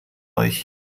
euch